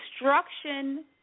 instruction